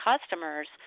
customers